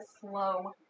slow